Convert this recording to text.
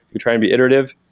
we try and be iterative.